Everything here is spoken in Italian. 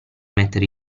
mettere